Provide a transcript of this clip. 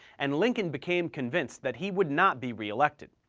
and lincoln became convinced that he would not be re-elected.